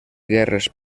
guerres